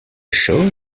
show